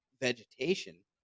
vegetation